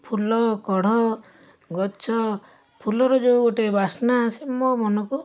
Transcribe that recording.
ଫୁଲ କଢ଼ ଗଛ ଫୁଲର ଯେଉଁ ଗୋଟେ ବାସ୍ନା ଆସେ ମୋ ମନକୁ